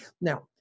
Now